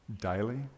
daily